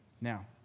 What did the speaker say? Now